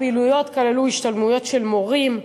הפעילויות כללו השתלמויות מורים,